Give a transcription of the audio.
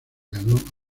ganó